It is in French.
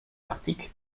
l’article